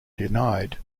denied